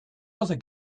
other